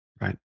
Right